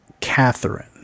Catherine